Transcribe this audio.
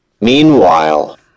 Meanwhile